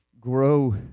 grow